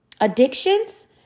addictions